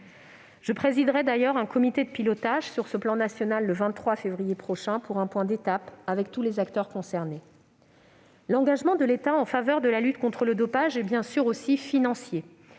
Je présiderai d'ailleurs un comité de pilotage de ce plan national le 23 février prochain, pour faire un point d'étape avec tous les acteurs concernés. L'engagement de l'État en faveur de la lutte contre le dopage est bien sûr aussi financier